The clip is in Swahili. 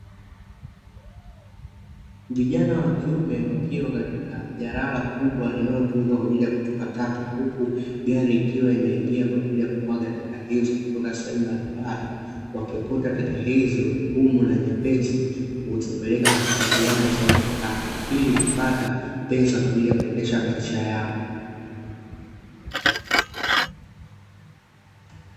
Vijana wa kiume wakiwa katika jalala kubwa linalotumika kwa ajili ya kutupa taka, huku gari ikiwa inaingia kwa ajili ya kumwaga taka hizo kutoka sehemu mbalimbali. Wakiokota taka hizo ngumu na nyepesi, kuzipeleka katika viwanda hasahasa cha taka ili kupata pesa kwa ajili ya kuendesha maisha yao.